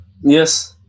Yes